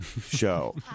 show